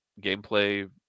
gameplay